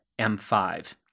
M5